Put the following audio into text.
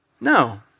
No